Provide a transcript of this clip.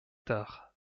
tard